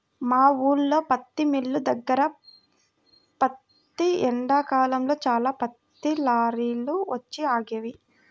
మా ఊల్లో పత్తి మిల్లు దగ్గర ప్రతి ఎండాకాలంలో చాలా పత్తి లారీలు వచ్చి ఆగేవి